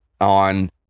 on